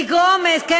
איך את אומרת דבר כזה?